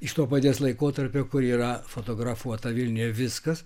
iš to paties laikotarpio kur yra fotografuota vilniuje viskas